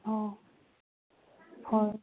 ꯑꯣ ꯍꯣꯏ